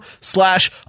slash